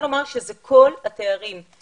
ולומר שזה כל התארים.